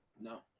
No